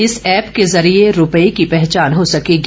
इस ऐप के जरिए रुपए की पहचान हो सकेगी